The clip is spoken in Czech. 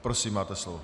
Prosím, máte slovo.